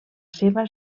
seva